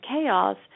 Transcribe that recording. chaos